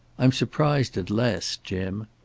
i'm surprised at les, jim.